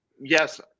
Yes